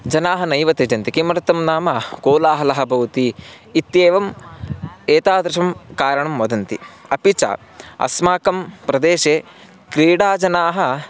जनाः नैव त्यजन्ति किमर्थं नाम कोलाहलः भवति इत्येवम् एतादृशं कारणं वदन्ति अपि च अस्माकं प्रदेशे क्रीडाजनाः